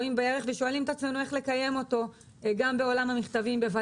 את עצמנו איך לקיים אותו גם בעולם המכתבים שהולך ודועך,